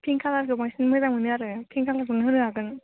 pink खालारखौ बांसिन मोजां मोनो आरो पिंक खालारखौनो होनो हागोन